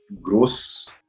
gross